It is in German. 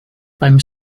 beim